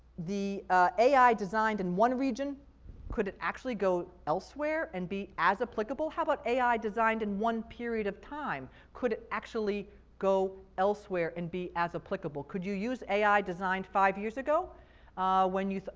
the ai designed in one region could actually go elsewhere and be as applicable. how about ai designed in one period of time, could it actually go elsewhere and be as applicable? could you use ai designed five years ago when you,